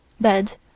bed